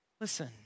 Listen